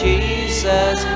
Jesus